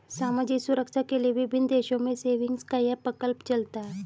सामाजिक सुरक्षा के लिए विभिन्न देशों में सेविंग्स का यह प्रकल्प चलता है